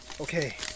Okay